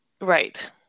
right